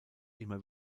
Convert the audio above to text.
immer